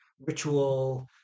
ritual